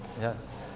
Yes